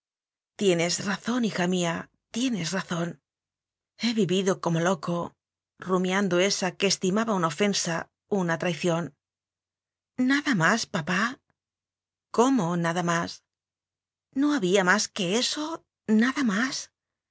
tienes razón hija mía tienes razón he vivido como loco rumiando esa que esti maba una ofensa una traición nada más papá cómo nada más no nabía más que eso nada más